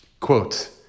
Quote